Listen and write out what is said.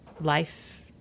life